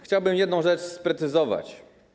Chciałbym jedną rzecz sprecyzować.